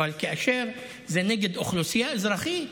אבל כאשר זה נגד אוכלוסייה אזרחית,